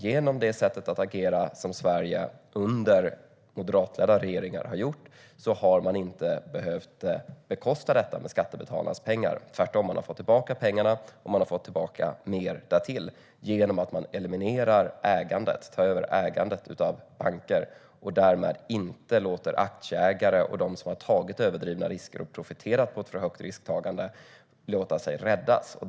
Genom att agera som Sverige har gjort under moderatledda regeringar har man inte behövt bekosta detta med skattebetalarnas pengar; tvärtom har man fått tillbaka pengarna, och mer därtill, genom att ta över ägandet av banker. Därmed kan inte aktieägare och de som har tagit överdrivna risker - och profiterat på ett högt risktagande - låta sig räddas.